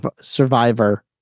Survivor